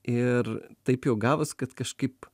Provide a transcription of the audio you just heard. ir taip jau gavos kad kažkaip